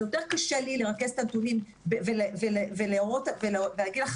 זה יותר קשה לי לרכז את הנתונים ולהגיד לך